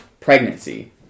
pregnancy